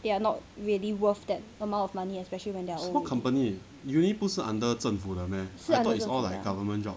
they are not really worth that amount of money especially when they are old 是 under 政府的 ah